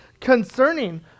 concerning